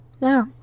No